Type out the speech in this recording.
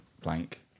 blank